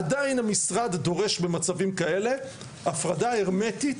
עדיין המשרד דורש במצבים כאלה הפרדה הרמטית,